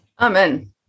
Amen